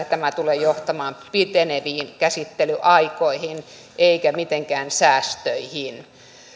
että tämä tulee johtamaan piteneviin käsittelyaikoihin eikä mitenkään säästöihin